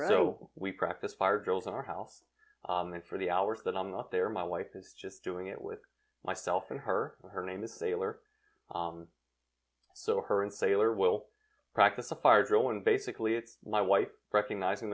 so we practice fire drills in our house and for the hours that i'm not there my wife is just doing it with myself and her her name is sailor so her and sailor will practice a fire drill one basically it my wife recognizing